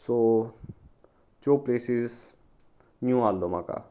so त्यो places new आसलो म्हाका